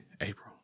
April